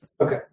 Okay